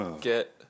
get